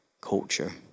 culture